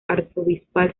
arzobispal